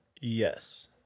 Yes